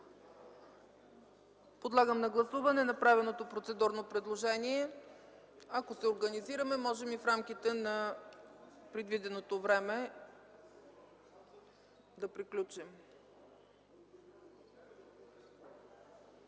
Подлагам на гласуване направеното процедурно предложение. Ако се организираме, можем да приключим и в рамките на предвиденото време. Гласували